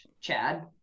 chad